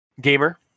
Gamer